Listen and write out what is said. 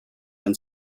and